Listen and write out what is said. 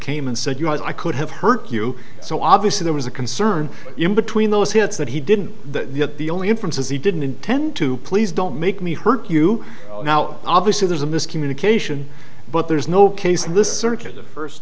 came and said you guys i could have hurt you so obviously there was a concern in between those hits that he didn't that the only inference is he didn't intend to please don't make me hurt you now obviously there's a miscommunication but there's no case list